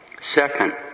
Second